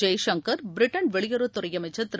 Jaishankar Britain வெளியுறவு அமைச்சர் திரு